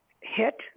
hit